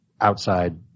outside